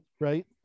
right